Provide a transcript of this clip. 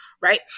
right